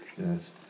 Yes